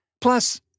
Plus